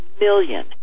million